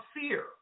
fear